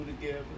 together